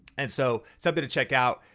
and so, something to check out.